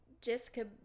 Jessica